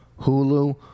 Hulu